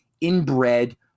inbred